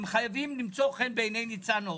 הם חייבים למצוא חן בעיני ניצן הורוביץ,